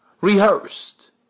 rehearsed